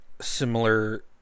similar